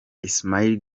ismaila